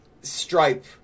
stripe